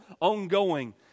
ongoing